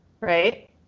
right